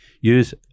use